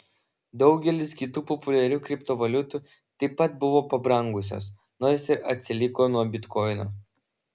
daugelis kitų populiarių kriptovaliutų taip pat buvo pabrangusios nors ir atsiliko nuo bitkoino